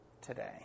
today